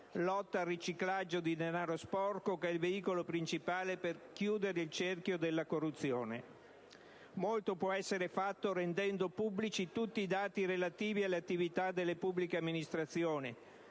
lotta al riciclaggio di denaro sporco, che è il veicolo principale per chiudere il cerchio della corruzione. Molto può essere fatto rendendo pubblici tutti i dati relativi alle attività delle pubbliche amministrazioni,